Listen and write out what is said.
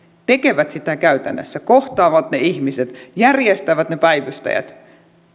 tekevät sitä käytännössä kohtaavat ne ihmiset järjestävät ne päivystäjät